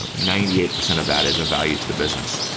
um ninety eight percent of that is a value to the business.